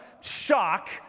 shock